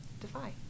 Defy